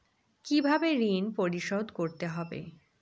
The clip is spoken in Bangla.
কিভাবে ঋণ পরিশোধ করতে হবে?